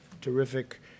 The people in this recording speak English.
terrific